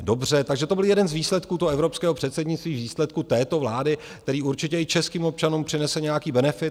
Dobře, takže to byl jeden z výsledků toho evropského předsednictví, výsledků této vlády, který určitě i českým občanům přinese nějaký benefit.